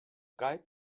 guide